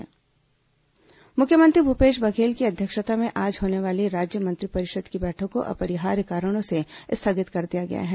cabinet बैठक स्थगित मुख्यमंत्री भूपेश बघेल की अध्यक्षता में आज होने वाली राज्य मंत्रिपरिषद की बैठक को अपरिहार्य कारणों से स्थगित कर दिया गया है